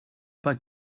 pas